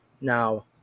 Now